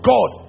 God